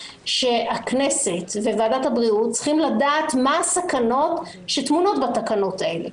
שהכנסת וועדת הבריאות צריכים לדעת מה הסכנות שטמונות בתקנות האלה.